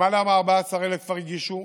למעלה מ-14,000 כבר הגישו,